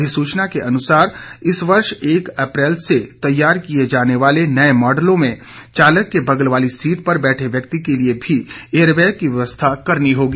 अधिसूचना के अनुसार इस वर्ष एक अप्रैल से तैयार किये जाने वाले नए मॉडलों में चालक के बगल वाली सीट पर बैठे व्यक्ति के लिये भी एयरबैग की व्यवस्था करनी होगी